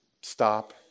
stop